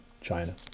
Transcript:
China